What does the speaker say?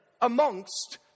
amongst